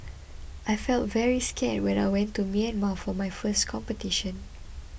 I felt very scared when I went to Myanmar for my first competition